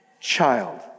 child